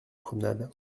promenade